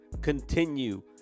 Continue